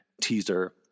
teaser